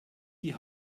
die